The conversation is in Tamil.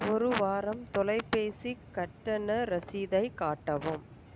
ஒரு வாரம் தொலைபேசி கட்டண ரசீதைக் காட்டவும்